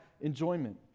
enjoyment